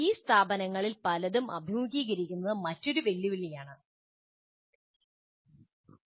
ഈ സ്ഥാപനങ്ങളിൽ പലതും അഭിമുഖീകരിക്കുന്ന മറ്റൊരു വെല്ലുവിളിയാണിത്